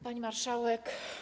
Pani Marszałek!